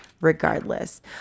Regardless